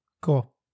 cool